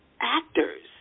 actors